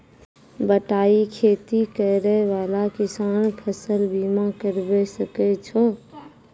बटाई खेती करै वाला किसान फ़सल बीमा करबै सकै छौ?